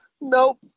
Nope